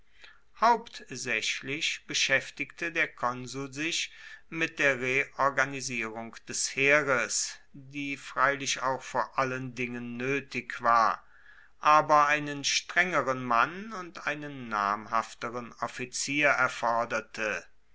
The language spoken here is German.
hauptsaechlich beschaeftigte der konsul sich mit der reorganisierung des heeres die freilich auch vor allen dingen noetig war aber einen strengeren mann und einen namhafteren offizier erforderte